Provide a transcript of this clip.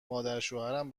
مادرشوهرم